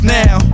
now